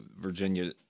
Virginia